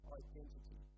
identity